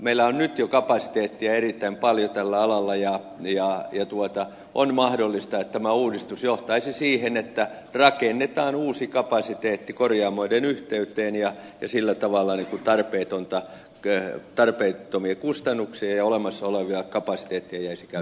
meillä on jo nyt kapasiteettia erittäin paljon tällä alalla ja on mahdollista että tämä uudistus johtaisi siihen että rakennetaan uusi kapasiteetti korjaamoiden yhteyteen ja sillä tavalla tulee tarpeettomia kustannuksia ja olemassaolevia kapasiteettia ja